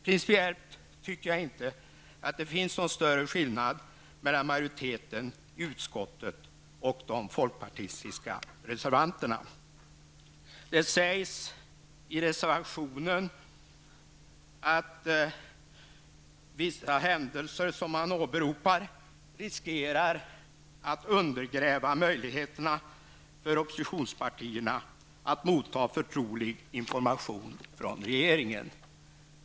Principiellt tycker jag inte att det finns någon större skillnad mellan majoriteten i utskottet och de folkpartistiska reservanterna. Det sägs i reservationen att vissa händelser som åberopas riskerar att undergräva möjligheterna för oppositionspartierna att motta förtrolig information från regeringen.